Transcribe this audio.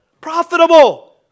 profitable